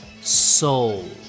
soul